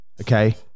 Okay